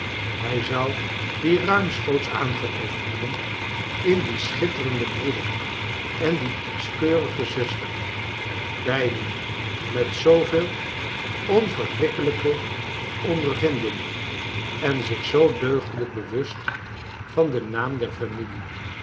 hij zou dien ruimschoots aangetroffen hebben in dien schitterenden broeder en die kieschkeurige zuster belden met zooveel onverkwikkelijke ondervinding en zich zoo deugdelijk bewust van den naam der familie